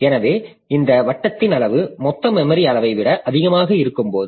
எனவே இந்த வட்டத்தின் அளவு மொத்த மெமரி அளவை விட அதிகமாக இருக்கும்போது